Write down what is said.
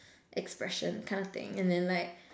expression kind of thing and then like